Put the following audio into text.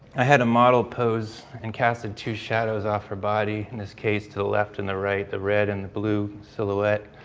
i had a model pose and casted two shadows off her body, in this case, the left and the right, the red and the blue silhouette